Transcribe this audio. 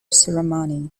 ceremony